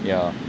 yeah